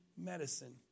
medicine